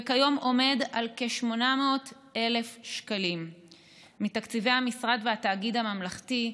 וכיום הוא עומד על כ-800,000 שקלים מתקציבי המשרד והתאגיד הממלכתי,